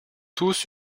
tous